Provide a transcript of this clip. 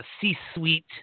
C-suite